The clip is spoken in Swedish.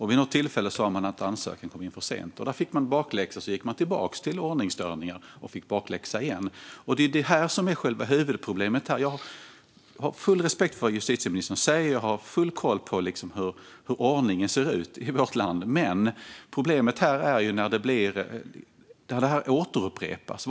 Vid något tillfälle sa man att ansökan hade kommit in för sent, och där fick man bakläxa, varpå man gick tillbaka till ordningsstörningar och fick bakläxa igen. Det är detta som är själva huvudproblemet här. Jag har full respekt för det justitieministern säger, och jag har full koll på hur ordningen ser ut i vårt land, men problemet är när detta återupprepas.